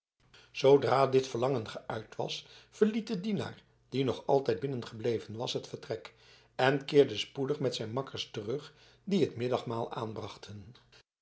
zoodra dit verlangen geüit was verliet de dienaar die nog altijd binnengebleven was het vertrek en keerde spoedig met zijn makkers terug die het middagmaal aanbrachten